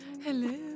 Hello